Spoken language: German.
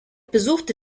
besuchte